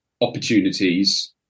opportunities